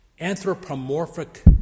anthropomorphic